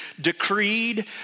decreed